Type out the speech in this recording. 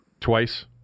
Twice